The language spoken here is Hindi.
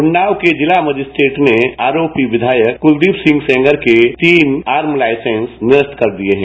उन्नाव के जिला मजिस्ट्रेट ने आरोपी विधायक क्लदीप सिंह संगर के तीन आर्म लाइसेंस निरस्त कर दिए हैं